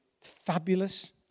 fabulous